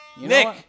Nick